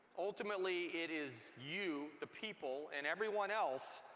ultimately it is you, the people, and everyone else,